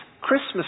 Christmas